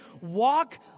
walk